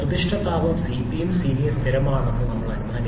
നിർദ്ദിഷ്ട താപം Cpയും Cvയും സ്ഥിരമാണെന്ന് നമ്മൾ അനുമാനിച്ചു